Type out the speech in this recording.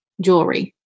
Jewelry